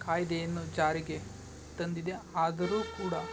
ಕಾಯ್ದೆಯನ್ನು ಜಾರಿಗೆ ತಂದಿದೆ ಆದರೂ ಕೂಡ